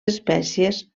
espècies